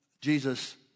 Jesus